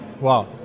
wow